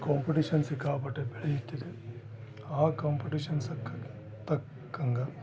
competition ಸಿಕ್ಕಾಪಟ್ಟೆ ಬೆಳೆಯುತ್ತಿದೆ ಆ ಕಾಂಪಿಟೇಶನ್ ತಕ್ಕ ತಕ್ಕಂಗೆ